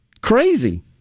crazy